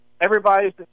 everybody's